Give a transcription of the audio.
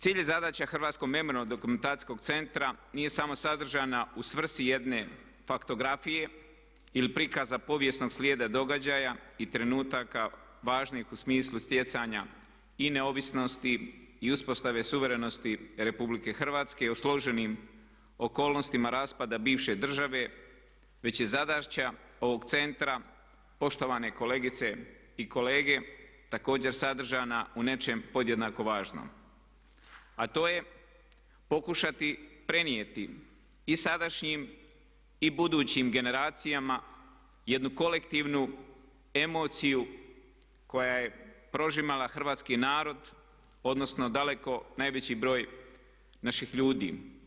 Cilj i zadaća Hrvatskog memorijalno-dokumentacijskog centra nije samo sadržana u svrsi jedne faktografije ili prikaza povijesnog slijeda događaja i trenutaka važnih u smislu stjecanja i neovisnosti i uspostave suverenosti Republike Hrvatske o složenim okolnostima raspada bivše države već je zadaća ovog centra poštovane kolegice i kolege također sadržana u nečemu podjednako važnom, a to je pokušati prenijeti i sadašnjim i budućim generacijama jednu kolektivnu emociju koja je prožimala hrvatski narod odnosno daleko najveći broj naših ljudi.